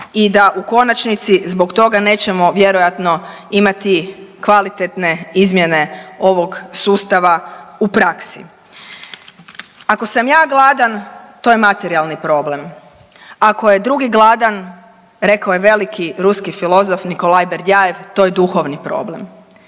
i da u konačnici zbog toga nećemo vjerojatno imati kvalitetne izmjene ovog sustava u praksi. Ako sam ja gladan to je materijalan problem. Ako je drugi gladan rekao je veliki ruski filozof Nikolaj Berdjajev to je duhovni problem.